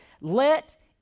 let